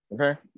Okay